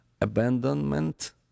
abandonment